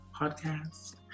podcast